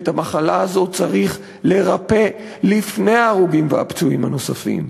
ואת המחלה הזאת צריך לרפא לפני ההרוגים והפצועים הנוספים,